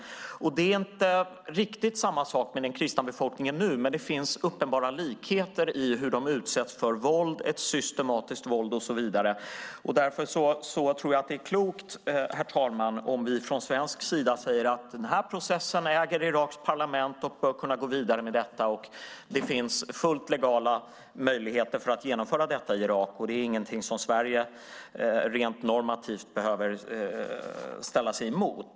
Det är inte riktigt samma sak med den kristna befolkningen nu, men det finns uppenbara likheter i hur de utsätts för systematiskt våld och så vidare. Därför tror jag att det är klokt, herr talman, om vi från svensk sida säger att Iraks parlament äger denna process och att de bör kunna gå vidare med detta. Det finns fullt legala möjligheter att genomföra detta i Irak, och det är inget Sverige rent normativt behöver ställa sig emot.